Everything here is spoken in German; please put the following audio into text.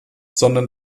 sondern